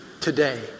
today